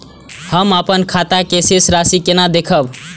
हम अपन खाता के शेष राशि केना देखब?